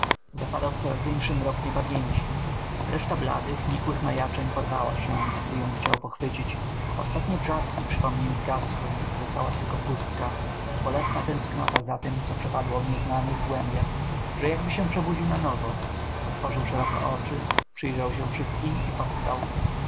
zapadał w coraz większy mrok niepamięci reszta bladych nikłych majaczeń porwała się gdy ją chciał pochwycić ostatnie brzaski przypomnień zgasły została tylko pusta bolesna tęsknota za tem co przepadło w nieznanych głębiach że jakby się przebudził na nowo otworzył szeroko oczy przyjrzał się wszystkim i powstał